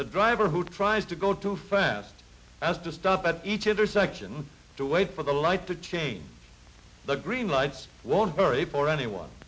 the driver who tries to go too fast as to stop at each other section to wait for the light to change the green lights won't hurry for anyone